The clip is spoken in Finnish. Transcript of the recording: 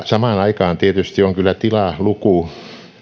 samaan aikaan on tietysti kyllä tilaluku